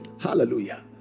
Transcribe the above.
Hallelujah